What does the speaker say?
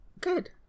Good